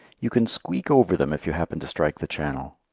you can squeak over them if you happen to strike the channel.